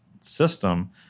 system